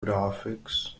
graphics